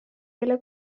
kelle